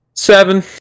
Seven